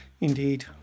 Indeed